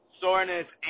Soreness